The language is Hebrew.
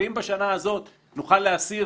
ואם בשנה הזאת נוכל להסיר